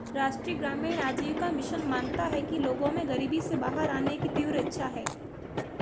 राष्ट्रीय ग्रामीण आजीविका मिशन मानता है कि लोगों में गरीबी से बाहर आने की तीव्र इच्छा है